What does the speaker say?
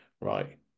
right